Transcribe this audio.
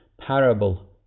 parable